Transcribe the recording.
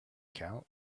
count